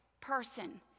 person